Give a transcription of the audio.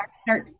start